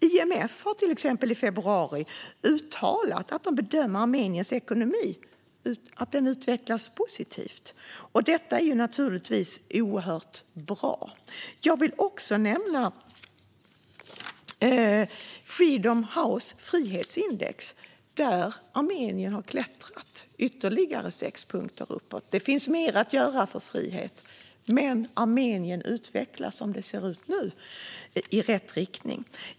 Ett exempel är att IMF i februari uttalade att man bedömer att Armeniens ekonomi utvecklas positivt. Det är naturligtvis oerhört bra. Jag vill också nämna Freedom Houses frihetsindex, där Armenien har klättrat ytterligare sex punkter uppåt. Det finns mer att göra för frihet, men som det ser ut nu utvecklas Armenien i rätt riktning.